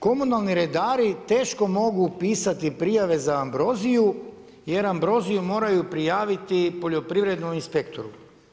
Komunalni redari teško mogu pisati prijave za ambroziju jer ambroziju moraju prijaviti poljoprivrednom inspektoru.